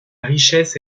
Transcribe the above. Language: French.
richesse